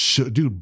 Dude